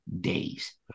days